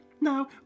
Now